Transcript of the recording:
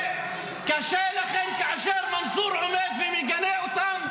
קשה לכם כאשר מנסור עומד ומגנה אותם.